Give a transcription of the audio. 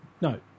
No